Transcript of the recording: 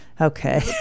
Okay